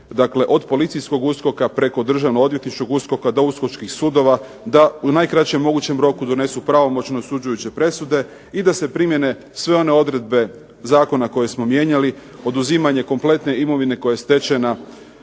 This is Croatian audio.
dakle, od policijskog USKOK-a preko državno odvjetničkog USKOK-a do USKOK-čkih sudova da u najkraćem mogućem roku donesu pravomoćno osuđujuće presude i da se primjene sve one odredbe zakona koji smo mijenjali. Oduzimanje kompletne imovine koja je stečena